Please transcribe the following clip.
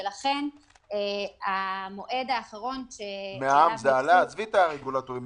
ולכן המועד האחרון --- עזבי את הרגולטורים.